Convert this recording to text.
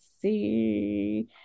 see